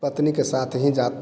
पत्नी के साथ हीं जाते